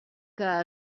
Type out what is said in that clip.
que